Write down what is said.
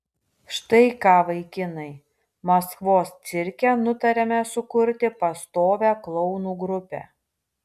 štai ką vaikinai maskvos cirke nutarėme sukurti pastovią klounų grupę